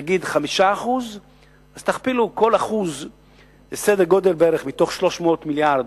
נגיד, 5% אז תכפילו כל 1% של 300 מיליארד,